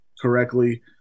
correctly